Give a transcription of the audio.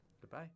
Goodbye